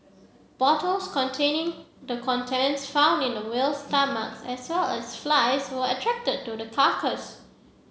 bottles containing the contents found in the whale's stomach as well as flies were attracted to the carcass